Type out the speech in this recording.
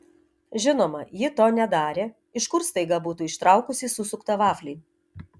žinoma ji to nedarė iš kur staiga būtų ištraukusi susuktą vaflį